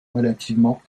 relativement